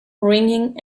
ringing